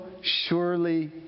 surely